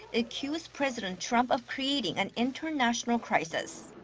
accused president trump of creating an international crisis.